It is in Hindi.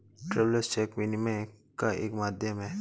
ट्रैवेलर्स चेक विनिमय का एक माध्यम है